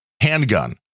handgun